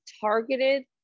targeted